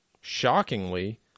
Shockingly